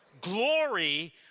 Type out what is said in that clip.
glory